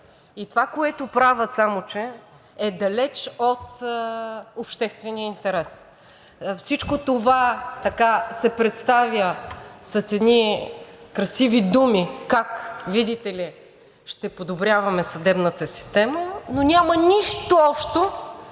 И това, което правят, е далеч от обществения интерес. Всичко това се представя с едни красиви думи как, видите ли, ще подобряваме съдебната система, но няма нищо общо